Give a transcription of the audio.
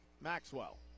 Maxwell